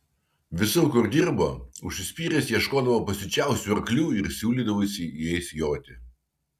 visur kur dirbo užsispyręs ieškodavo pasiučiausių arklių ir siūlydavosi jais joti